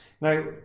Now